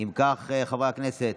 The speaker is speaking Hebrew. אם כך, חברי הכנסת,